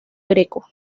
greco